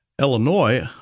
Illinois